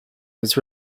was